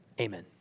amen